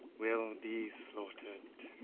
will be slaughtered.